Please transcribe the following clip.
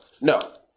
No